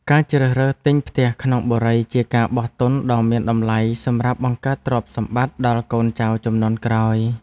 ការជ្រើសរើសទិញផ្ទះក្នុងបុរីជាការបោះទុនដ៏មានតម្លៃសម្រាប់បង្កើតទ្រព្យសម្បត្តិដល់កូនចៅជំនាន់ក្រោយ។